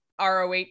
ROH